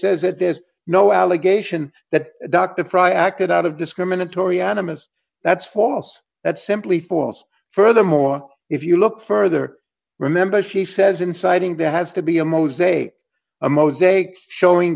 says that there is no allegation that dr fry acted out of discriminatory animist that's false that's simply false furthermore if you look further remember she says inciting there has to be a most a a mosaic showing